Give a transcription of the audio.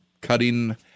cutting